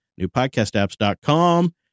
newpodcastapps.com